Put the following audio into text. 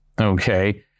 Okay